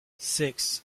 six